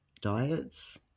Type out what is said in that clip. diets